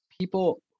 people